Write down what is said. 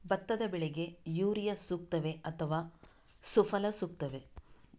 ಭತ್ತದ ಬೆಳೆಗೆ ಯೂರಿಯಾ ಸೂಕ್ತವೇ ಅಥವಾ ಸುಫಲ ಸೂಕ್ತವೇ?